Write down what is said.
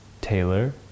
Taylor